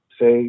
say